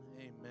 Amen